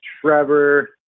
Trevor